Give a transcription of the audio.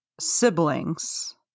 siblings